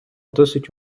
досить